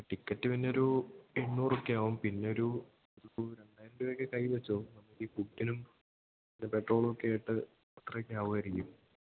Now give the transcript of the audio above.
ticket പിന്നെ ഒരു എണ്ണൂറ് ഒക്കെയാകും പിന്നൊരു ഒരു രണ്ടായിരം രൂപയൊക്കെ കയ്യിൽ വെച്ചോ നമുക്ക് ഈ ഫുഡിനും പെട്രോളൊക്കെ ആയിട്ട് അത്രയൊക്കെ ആകുമായിരിക്കും